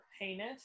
heinous